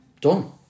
done